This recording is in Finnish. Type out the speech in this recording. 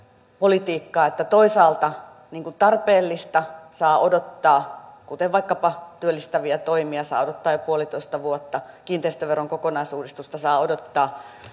politiikkaa että toisaalta tarpeellista saa odottaa kuten vaikkapa työllistäviä toimia saa odottaa jo puolitoista vuotta kiinteistöveron kokonaisuudistusta saa odottaa